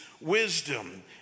wisdom